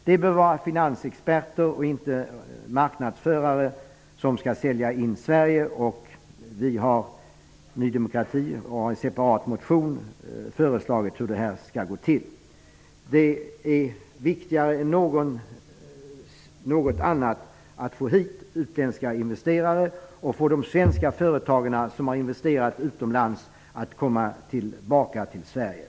Det bör vara finansexperter och inte marknadsförare som skall sälja Sverige. Ny demokrati har i en separat motion föreslagit hur detta skall gå till. Det är viktigare än något annat att få hit utländska investerare och få de svenska företag som investerat utomlands att komma tillbaka till Sverige.